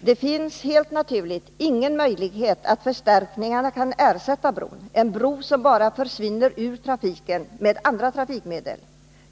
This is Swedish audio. Det går helt naturligt inte att räkna med att förstärkningarna kan ersätta bron. Man kan inte ersätta den bro som bara försvann ur trafiken med andra trafikmedel.